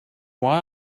why